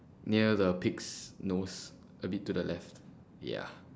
near the pig's nose a bit to the left ya